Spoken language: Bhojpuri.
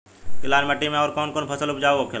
लाल माटी मे आउर कौन कौन फसल उपजाऊ होखे ला?